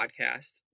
podcast